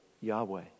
Yahweh